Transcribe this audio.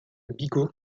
bigot